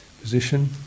position